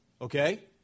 Okay